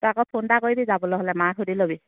তই আকৌ ফোন এটা কৰিবি যাবলে হ'লে মাক সুধি ল'বি